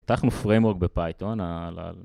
פיתחנו FRAMEWORK בפייטון.